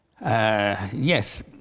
yes